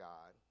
God